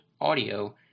audio